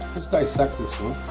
let's dissect this one